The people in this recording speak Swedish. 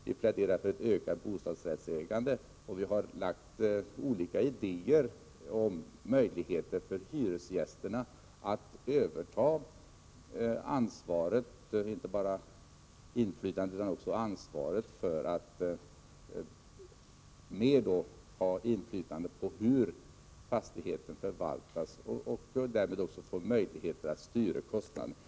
Vi pläderar för ett utökat bostadsrättsägande, och vi har framfört olika idéer om möjligheter för hyresgästerna att inte bara få inflytande utan också överta ansvar för hur fastigheten förvaltas. Därmed får de också möjligheter att styra kostnaderna.